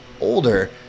older